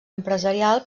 empresarial